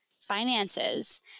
finances